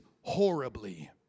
horribly